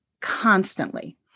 constantly